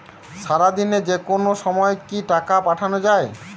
সারাদিনে যেকোনো সময় কি টাকা পাঠানো য়ায়?